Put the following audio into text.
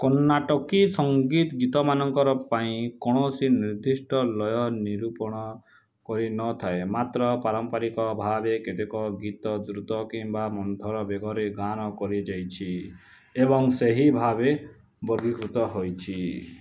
Carnatic ସଂଗୀତ ଗୀତମାନଙ୍କର ପାଇଁ କୌଣସି ନିର୍ଦ୍ଦିଷ୍ଟ ଲୟ ନିରୂପଣ ହୋଇ ନଥାଏ ମାତ୍ର ପାରମ୍ପରିକ ଭାବେ କେତେକ ଗୀତ ଦ୍ରୁତ କିମ୍ବା ମନ୍ଥର ବେଗରେ ଗାନ କରାଯାଇଛି ଏବଂ ସେହି ଭାବେ ବର୍ଗୀକୃତ ହୋଇଛି